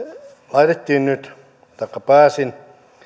laitettiin nyt taikka mihin pääsin